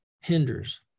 hinders